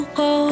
go